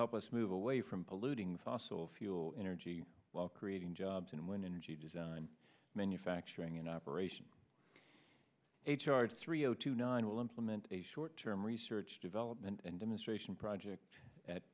help us move away from polluting fossil fuel energy while creating jobs and win in g design manufacturing in operation h r three zero two nine will implement a short term research development and demonstration project at